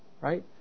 right